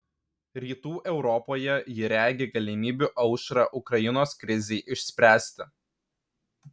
rytų europoje ji regi galimybių aušrą ukrainos krizei išspręsti